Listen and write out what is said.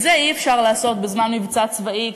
את זה אי-אפשר לעשות בזמן מבצע צבאי,